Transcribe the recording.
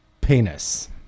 Penis